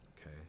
okay